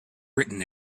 written